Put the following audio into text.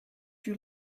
you